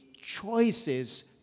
Choices